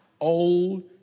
old